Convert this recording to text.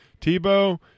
Tebow